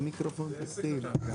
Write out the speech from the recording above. עסק קטן.